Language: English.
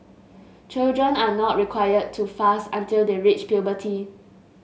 children are not required to fast until they reach puberty